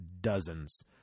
dozens